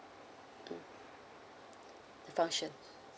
mm the function